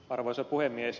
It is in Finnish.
arvoisa puhemies